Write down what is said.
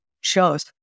shows